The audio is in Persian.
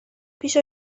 پیش